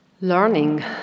learning